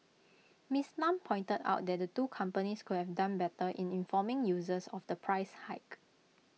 miss Lam pointed out that the two companies could have done better in informing users of the price hike